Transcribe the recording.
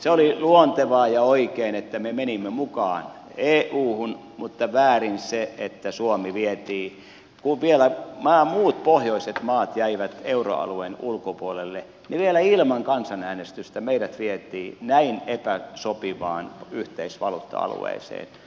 se oli luontevaa ja oikein että me menimme mukaan euhun mutta väärin oli se että suomi vietiin kun vielä muut pohjoiset maat jäivät euroalueen ulkopuolelle vielä ilman kansanäänestystä näin epäsopivaan yhteisvaluutta alueeseen